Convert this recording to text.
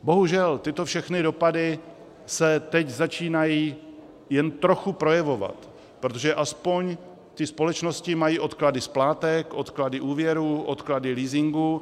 Bohužel tyto všechny dopady se teď začínají jen trochu projevovat, protože alespoň ty společnosti mají odklady splátek, odklady úvěrů, odklady leasingů.